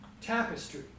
tapestry